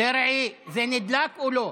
דרעי, זה נדלק או לא?